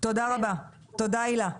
תודה רבה, תודה הילה.